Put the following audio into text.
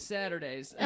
Saturdays